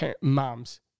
Moms